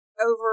over